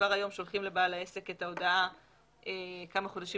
כבר היום שולחים לבעל העסק את ההודעה כמה חודשים